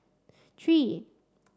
three